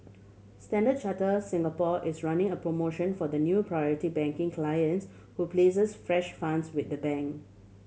Standard Charter Singapore is running a promotion for the new Priority Banking clients who places fresh funds with the bank